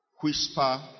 whisper